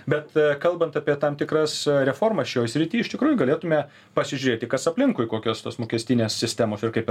bet kalbant apie tam tikras reformas šioj srity iš tikrųjų galėtume pasižiūrėti kas aplinkui kokios tos mokestinės sistemos ir kaip